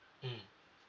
mmhmm